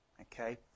Okay